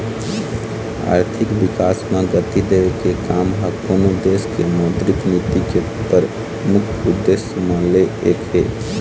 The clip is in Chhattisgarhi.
आरथिक बिकास म गति देवई के काम ह कोनो देश के मौद्रिक नीति के परमुख उद्देश्य म ले एक हे